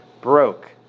broke